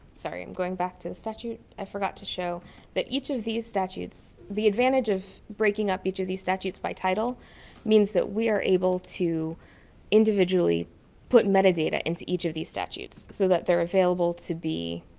sorry, i'm going back to the statue, i forgot to show that each of these statues, the advantage of breaking up each of these statues by title means that we are able to individually put metadata into each of these statues so that they are available to be